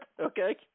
okay